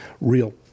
real